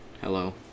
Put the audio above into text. Hello